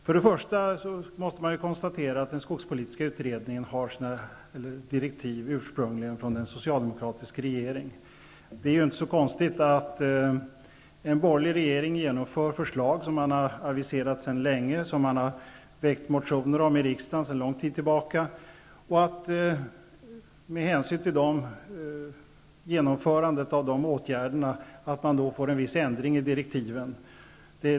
Först och främst måste man konstatera att den skogspolitiska utredningen ursprungligen fick sina direktiv från en socialdemokratisk regering. Det är inte konstigt att en borgerlig regering genomför de förslag som de sedan länge har motionerat om. Med hänsyn till genomförandet av dessa åtgärder måste man då genomföra vissa ändringar i direktiven.